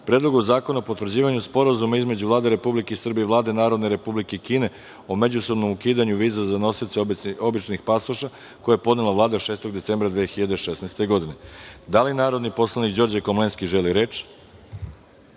Predlogu zakona o potvrđivanju Sporazuma između Vlade Republike Srbije i Vlade Narodne Republike Kine o međusobnom ukidanju viza za nosioce običnih pasoša, koji je podnela Vlada, 6. decembra 2016. godine. Da li narodni poslanik Đorđe Komlenski želi